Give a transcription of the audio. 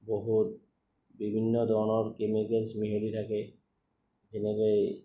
বহুত বিভিন্ন ধৰণৰ কেমিকেলছ মিহিলি থাকে যেনেকৈ